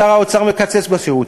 שר האוצר מקצץ בשירותים,